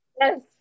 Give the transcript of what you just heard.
Yes